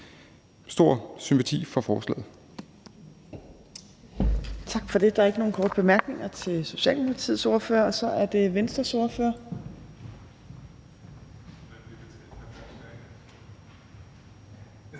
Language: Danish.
stor sympati for forslaget.